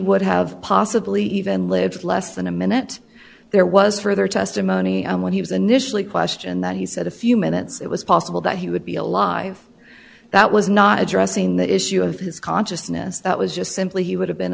would have possibly even lived less than a minute there was further testimony when he was initially questioned that he said a few minutes it was possible that he would be alive that was not addressing the issue of his consciousness that was just simply he would have been